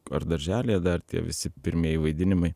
ar darželyje dar tie visi pirmieji vaidinimai